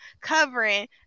covering